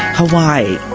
hawaii,